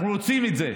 אנחנו רוצים את זה.